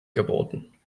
geboten